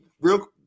real